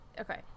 Okay